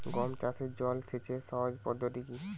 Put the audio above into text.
গম চাষে জল সেচের সহজ পদ্ধতি কি?